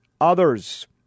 others